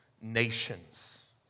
nations